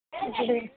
ఇప్పుడు